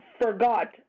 forgot